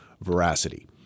veracity